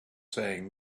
saying